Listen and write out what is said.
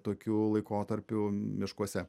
tokiu laikotarpiu miškuose